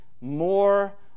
more